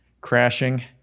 crashing